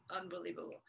unbelievable